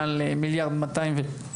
מעל ל-1.2 ₪?.